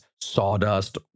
sawdust